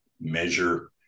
measure